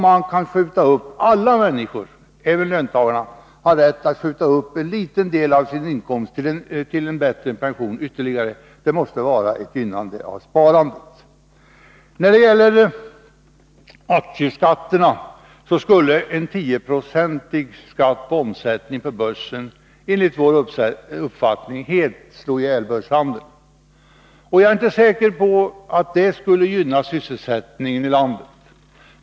Men om nu alla människor, även löntagare, har rätt att skjuta över en liten del av sin inkomst till en bättre pension, måste det innebära ett gynnande av sparandet. När det gäller aktieskatterna skulle 10 96 skatt på omsättningen på börsen enligt vår uppfattning helt slå ihjäl börshandeln. Jag är inte säker på att det skulle gynna sysselsättningen i landet.